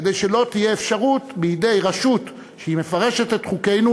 כדי שלא תהיה אפשרות בידי רשות שהיא מפרשת את חוקינו,